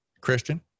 Christian